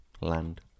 land